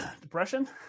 Depression